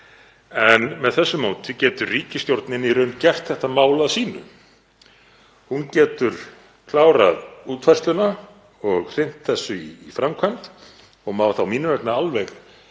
en með þessu móti getur ríkisstjórnin í raun gert þetta mál að sínu. Hún getur klárað útfærsluna og hrint þessu í framkvæmd og má mín vegna alveg